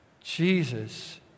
Jesus